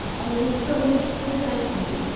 and was sold to a gentleman.